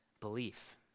belief